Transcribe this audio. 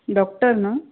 doctor न्हू